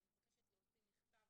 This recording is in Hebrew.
אני מבקשת להוציא מכתב